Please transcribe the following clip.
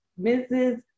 Mrs